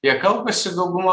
jie kalbasi dauguma